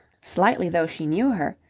slightly though she knew her,